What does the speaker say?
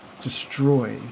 destroy